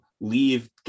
leave